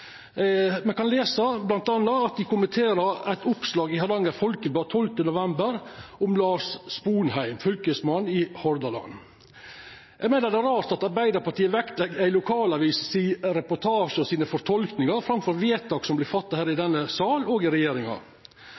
Me kan lesa bl.a. at dei kommenterer eit oppslag i Hardanger Folkeblad 12. november om Lars Sponheim, fylkesmann i Hordaland. Eg meiner det er rart at Arbeidarpartiet vektlegg ei lokalavis sin reportasje og sine fortolkingar framfor vedtak som vert gjorde her i denne sal og i regjeringa.